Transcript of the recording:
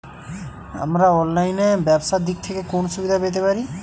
আমরা অনলাইনে ব্যবসার দিক থেকে কোন সুবিধা পেতে পারি?